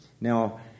Now